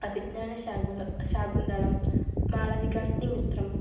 Abhijnanashakuntalam Malavikagnimitram